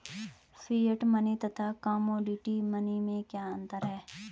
Fiat money तथा commodity money में क्या अंतर है?